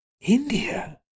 India